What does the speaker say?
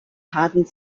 hardened